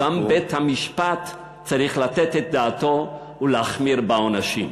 גם בית-המשפט צריך לתת את דעתו ולהחמיר בעונשים.